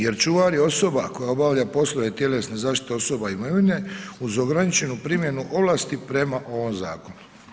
Jer čuvar je osoba koja obavlja poslove tjelesne zaštite osoba i imovine uz ograničenu primjenu ovlasti prema ovom zakonu.